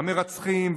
המרצחים,